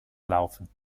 laufen